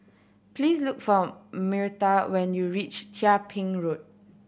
please look for Myrta when you reach Chia Ping Road